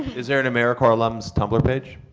is there an americorps alums tumbler page?